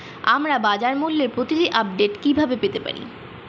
আমরা বাজারমূল্যের প্রতিদিন আপডেট কিভাবে পেতে পারি?